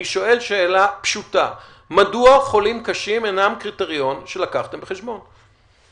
אני שואל שאלה פשוטה: מדוע חולים קשים אינם קריטריון שלקחתם בחשבון?